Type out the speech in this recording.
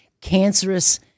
cancerous